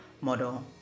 model